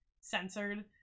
censored